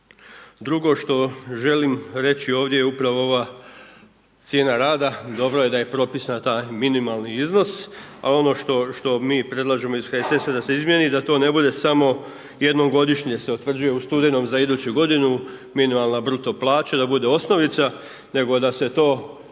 Drugo što želim reći ovdje je upravo ova cijena rada. Dobro je da je propisan taj minimalni iznos. A ono što mi predlažemo iz HSS-a da se izmijeni da to ne bude samo jednom godišnje se utvrđuje u studenom za iduću godinu minimalna bruto plaća, da bude osnovica nego da se to tokom